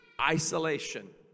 isolation